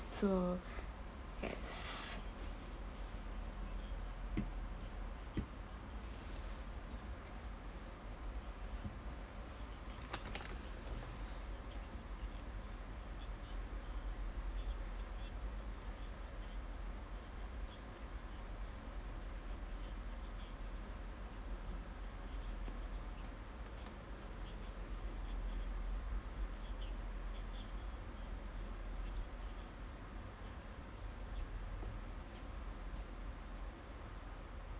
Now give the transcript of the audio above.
so yes